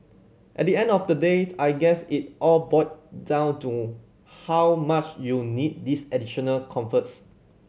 at the end of the date I guess it all boil down to how much you need these additional comforts